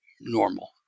normal